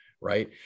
Right